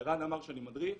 ערן אמר שאני מדריך,